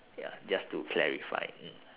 ya just to clarify mm